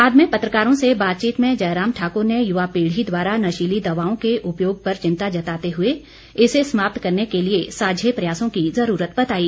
बाद में पत्रकारों से बातचीत में जयराम ठाकुर ने युवा पीढ़ी द्वारा नशीली दवाओं के उपयोग पर चिंता जताते हुए इसे समाप्त करने के लिए सांझे प्रयासों की जरूरत बताई